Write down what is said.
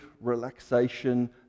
relaxation